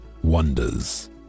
wonders